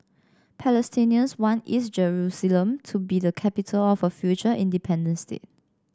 Palestinians want East Jerusalem to be the capital of a future independent state